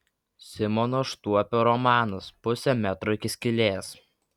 simono štuopio romanas pusė metro iki skylės